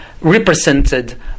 represented